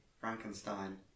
Frankenstein